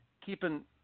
keeping